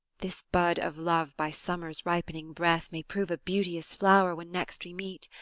this bud of love, by summer's ripening breath, may prove a beauteous flower when next we meet.